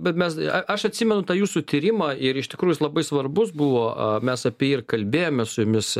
bet mes aš atsimenu tą jūsų tyrimą ir iš tikrųjų jis labai svarbus buvo mes apie jį ir kalbėjomės su jumis